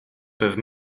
peuvent